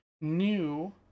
new